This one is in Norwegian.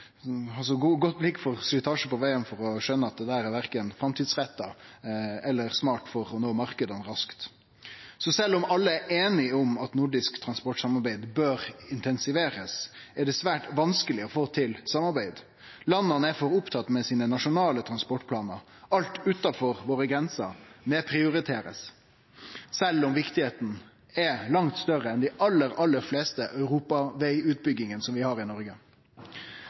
godt blikk for slitasje på vegane for å skjøne at det er verken framtidsretta eller smart for å nå marknadene raskt. Så sjølv om alle er einige om at eit nordisk transportsamarbeid bør bli intensivert, er det svært vanskeleg å få til samarbeid. Landa er for opptekne med sine nasjonale transportplanar. Alt utanfor våre grenser blir nedprioritert, sjølv om viktigheita er langt større enn dei aller fleste europavegutbyggingane vi har i Noreg.